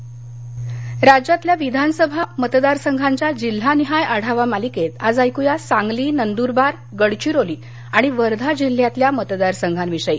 विधानसभा निवडणक आढावा राज्यातल्या विधानसभा मतदारसंघांच्या जिल्हानिहाय आढावा मालिकेत आज ऐक्या सांगली नंदुरबार गडविरोली आणि वर्धा जिल्ह्यातल्या मतदारसंघांविषयी